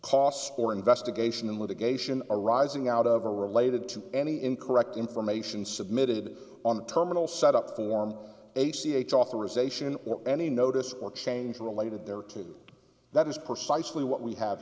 costs or investigation and litigation arising out of or related to any incorrect information submitted on the terminal set up form a c h authorization or any notice or change related there to that is precisely what we have